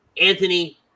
Anthony